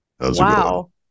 wow